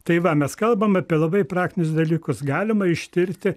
tai va mes kalbam apie labai praktinius dalykus galima ištirti